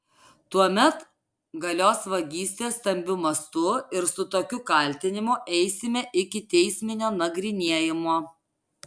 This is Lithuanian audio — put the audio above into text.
tuomet galios vagystė stambiu mastu ir su tokiu kaltinimu eisime iki teisminio nagrinėjimo